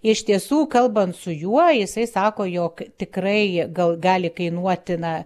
iš tiesų kalbant su juo jisai sako jog tikrai gal gali kainuoti na